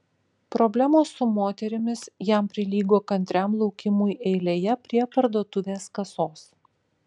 problemos su moterimis jam prilygo kantriam laukimui eilėje prie parduotuvės kasos